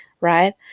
right